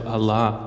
Allah